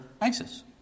ISIS